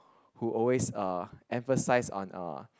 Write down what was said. who always uh emphasize on uh